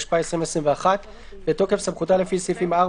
התשפ"א - 2021 בתוקף סמכותה לפי סעיפים 4,